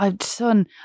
Son